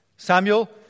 Samuel